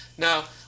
Now